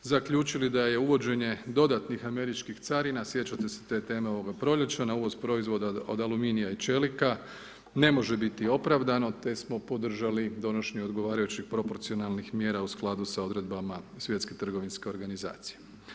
Zaključili da je uvođenje dodatnih američkih carina, sjećate se te teme ovoga proljeća, na uvoz proizvoda od aluminija i čelika, ne može biti opravdano, te smo podržali donošenje odgovarajućih proporcionalnih mjera u skladu sa odredbama Svjetske trgovinske organizacije.